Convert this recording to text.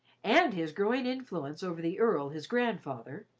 and his growing influence over the earl, his grandfather,